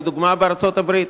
לדוגמה בארצות-הברית.